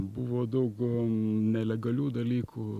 buvo daugiau nelegalių dalykų